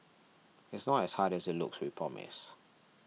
it's not as hard as it looks we promise